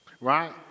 Right